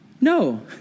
No